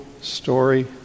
story